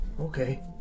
Okay